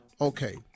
Okay